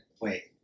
Wait